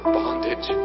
bondage